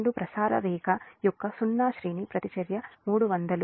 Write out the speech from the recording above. రెండు ప్రసార రేఖ యొక్క సున్నా శ్రేణి ప్రతిచర్య 300 is